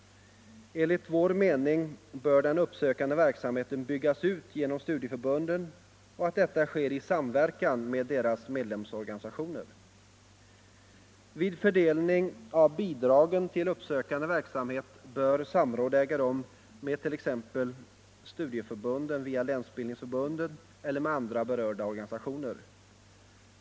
Enligt vår mening bör den upp sökande verksamheten byggas ut genom studieförbunden i samverkan Nr 83 med deras medlemsorganisationer. Tisdagen den Vid fördelning av bidragen till uppsökande verksamhet bör samråd 20 maj 1975 äga rum med t.ex. studieförbunden via länsbildningsförbundet ellermed LK andra berörda organisationer.